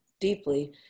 deeply